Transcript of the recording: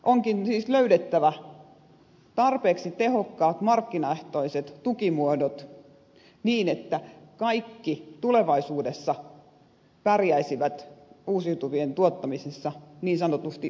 onkin siis löydettävä tarpeeksi tehokkaat markkinaehtoiset tukimuodot niin että kaikki tulevaisuudessa pärjäisivät uusiutuvien tuottamisessa niin sanotusti omillaan